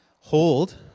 hold